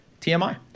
TMI